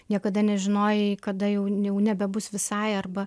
niekada nežinojai kada jau jau nebebus visai arba